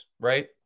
right